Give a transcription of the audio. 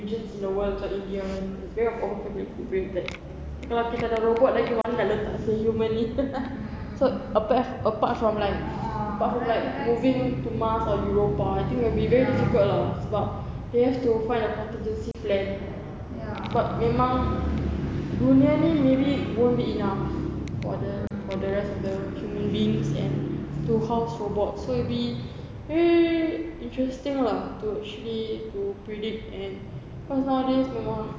some regions in the world macam india they are very overpopulated kalau kita dah ada robot lagi mana nak letak seh human ni so apart from like apart from like moving to mars or europa I think will be very difficult lah sebab you have to find a contingency plan sebab memang dunia ni maybe won't be enough for the for the rest of the human beings and to house robots so maybe very interesting lah to actually to predict and cause nowadays memang